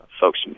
folks